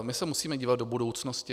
My se musíme dívat do budoucnosti.